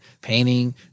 painting